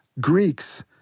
Greeks